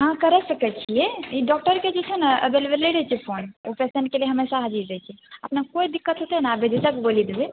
अहाँ करि सकै छियै ई डॉक्टरके जे छै ने अवेलेबल रहै छै फोन ओ पेशेन्टके लिए हमेशा हाजिर रहै छै अपनेके कोइ दिक्कत होतै ने बेझिझक बोलि देबै